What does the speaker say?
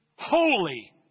Holy